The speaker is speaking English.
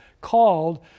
called